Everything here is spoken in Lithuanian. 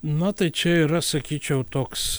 na tai čia yra sakyčiau toks